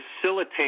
facilitate